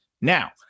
now